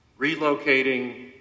relocating